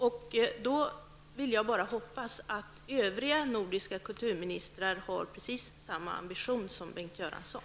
Jag kan bara hoppas att övriga nordiska kulturministrar har precis samma ambition som Bengt Göransson.